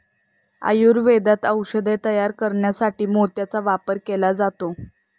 आयुर्वेदात औषधे तयार करण्यासाठी मोत्याचा वापर केला जातो